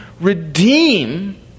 redeem